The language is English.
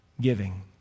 giving